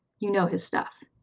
you know his stuff